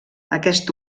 aquest